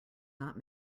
not